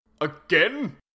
Again